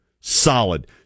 solid